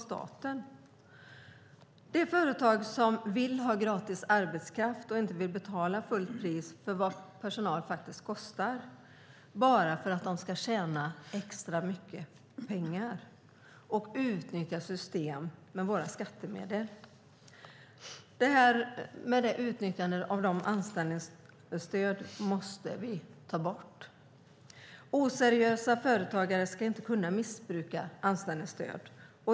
Det finns företag som vill ha gratis arbetskraft och inte betala fullt pris för vad personalen kostar för att på så sätt tjäna extra mycket pengar. De utnyttjar system som finansieras via våra skattemedel. Detta utnyttjande av anställningsstöd måste vi ta bort. Oseriösa företagare ska inte kunna missbruka anställningsstöd.